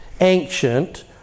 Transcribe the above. ancient